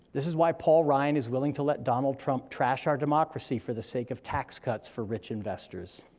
this is why paul ryan is willing to let donald trump trash our democracy for the sake of tax cuts for rich investors.